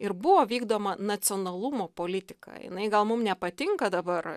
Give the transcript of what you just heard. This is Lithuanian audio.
ir buvo vykdoma nacionalumo politika jinai gal mum nepatinka dabar